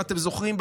אם אתם זוכרים,